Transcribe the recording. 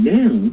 now